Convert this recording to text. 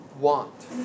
want